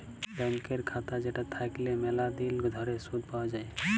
ব্যাংকের খাতা যেটা থাকল্যে ম্যালা দিল ধরে শুধ পাওয়া যায়